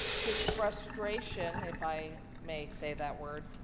his frustration if i may say that word,